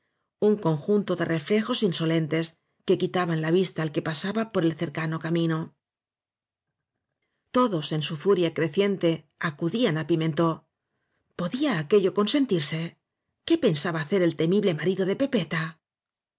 un con junto de reflejos insolentes que quitaban la vista al que pasaba por el cercano camino todos en su furia creciente acudían á pi mentó podía aquello consentirse qué pensaba hacer el temible marido de pepeta